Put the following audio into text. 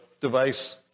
device